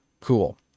cool